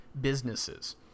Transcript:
businesses